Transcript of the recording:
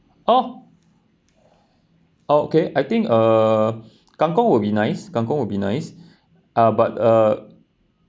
oh okay I think uh kangkong will be nice kangkong will be nice ah but uh